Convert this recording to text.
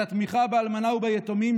את התמיכה באלמנות וביתומים,